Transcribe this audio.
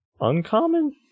Uncommon